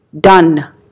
done